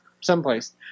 Someplace